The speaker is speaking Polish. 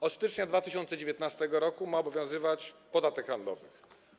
Od stycznia 2019 r. ma obowiązywać podatek handlowy.